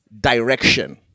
direction